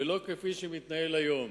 ולא כפי שהדבר מתנהל היום.